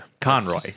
Conroy